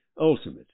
ultimate